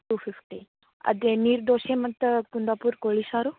to fifty ಅದೇ ನೀರುದೋಸೆ ಮತ್ತು ಕುಂದಾಪುರ ಕೋಳಿ ಸಾರು